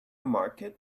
market